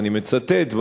ואני מצטט,